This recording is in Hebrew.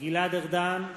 גלעד ארדן,